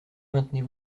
maintenez